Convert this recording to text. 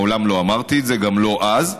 מעולם לא אמרתי את זה, גם לא אז.